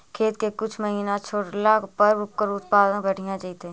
खेत के कुछ महिना छोड़ला पर ओकर उत्पादन बढ़िया जैतइ?